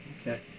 Okay